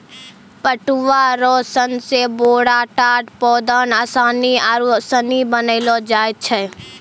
पटुआ रो सन से बोरा, टाट, पौदान, आसनी आरु सनी बनैलो जाय छै